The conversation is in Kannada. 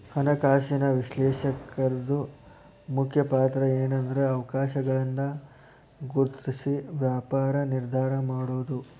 ಹಣಕಾಸಿನ ವಿಶ್ಲೇಷಕರ್ದು ಮುಖ್ಯ ಪಾತ್ರಏನ್ಂದ್ರ ಅವಕಾಶಗಳನ್ನ ಗುರ್ತ್ಸಿ ವ್ಯಾಪಾರ ನಿರ್ಧಾರಾ ಮಾಡೊದು